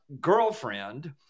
girlfriend